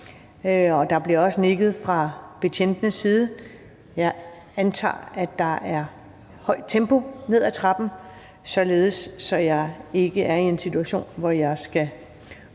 der bliver også nikket fra betjentenes side – i højt tempo, således at jeg ikke er i en situation, hvor jeg skal